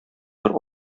бер